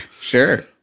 Sure